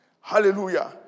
Hallelujah